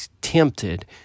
tempted